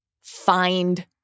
find